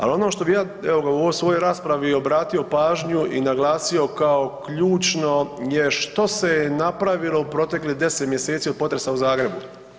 Ali ono što bi ja evo, u ovoj svojoj raspravi obratio pažnju i naglasio kao ključno je što se je napravilo u proteklih 10 mjeseci od potresa u Zagrebu.